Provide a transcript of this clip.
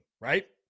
right